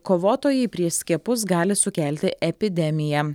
kovotojai prieš skiepus gali sukelti epidemiją